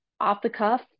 off-the-cuff